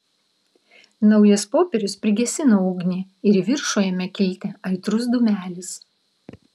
naujas popierius prigesino ugnį ir į viršų ėmė kilti aitrus dūmelis